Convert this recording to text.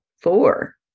four